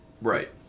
Right